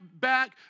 back